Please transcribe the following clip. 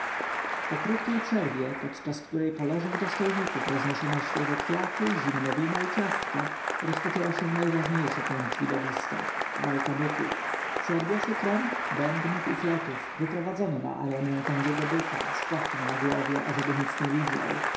po krótkiej przerwie podczas której po lożach dostojników roznoszono świeże kwiaty zimne wino i ciastka rozpoczęła się najważniejsza część widowiska walka byków przy odgłosie trąb bębnów i fletów wprowadzono na arenę tęgiego byka z płachtą na głowie ażeby nic nie widział